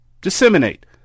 disseminate